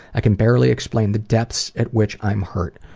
i can barely explain the depths at which i'm hurt.